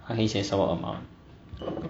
它可以写什么 amount